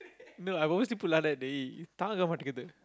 no I obviously that day